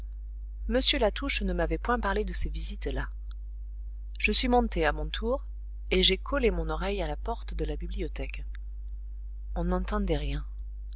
m latouche ne m'avait point parlé de ces visites là je suis montée à mon tour et j'ai collé mon oreille à la porte de la bibliothèque on n'entendait rien